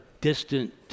distant